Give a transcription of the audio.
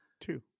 Two